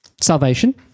salvation